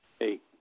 Eight